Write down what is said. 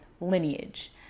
lineage